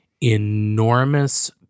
enormous